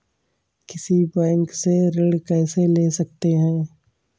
किसी बैंक से ऋण कैसे ले सकते हैं?